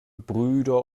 brüder